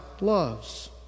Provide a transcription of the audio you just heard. loves